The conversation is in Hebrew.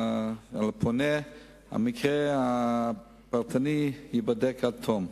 המקרה הפרטני ייבדק עד תום.